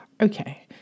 okay